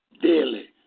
daily